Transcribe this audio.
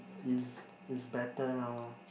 it's it's better now